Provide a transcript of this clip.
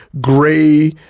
gray